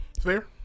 Fair